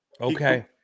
Okay